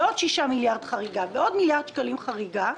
עוד 6 מיליארד חריגה ועוד מיליארד שקלים חריגה,